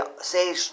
say